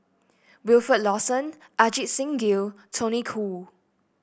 Wilfed Lawson Ajit Singh Gill Tony Khoo